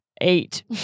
Eight